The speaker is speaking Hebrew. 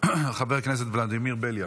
חבר הכנסת ולדימיר בליאק,